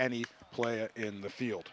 any player in the field